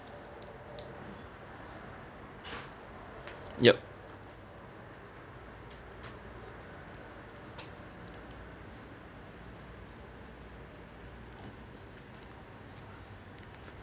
yup